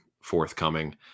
forthcoming